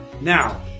Now